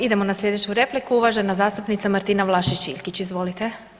Idemo na slijedeću repliku, uvažena zastupnica Martina Vlašić Iljkić, izvolite.